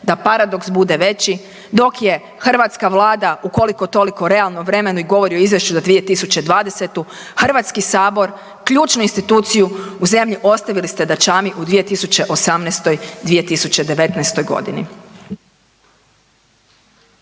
Da paradoks bude veći dok je hrvatska vlada ukoliko toliko u realnom vremenu i govoru o izvješću za 2020., HS, ključnu instituciju u zemlji ostavili ste da čami u 2018.-2019.g.